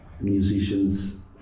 musicians